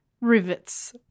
rivets